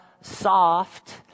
soft